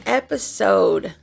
episode